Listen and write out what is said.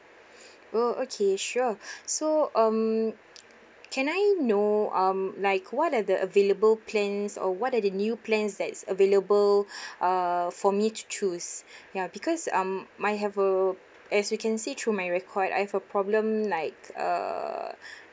oh okay sure so um can I know um like what are the available plans or what are the new plans that is available uh for me to choose ya because um my have a as you can see through my record I have a problem like uh